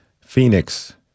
Phoenix